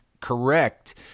correct